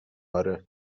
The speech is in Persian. آره